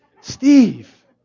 Steve